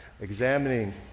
examining